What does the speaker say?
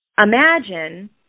imagine